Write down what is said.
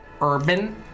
Urban